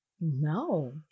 No